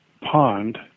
pond